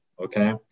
okay